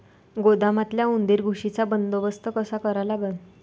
गोदामातल्या उंदीर, घुशीचा बंदोबस्त कसा करा लागन?